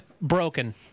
broken